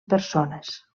persones